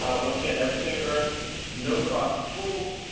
once again, everything at earn, no cost tools,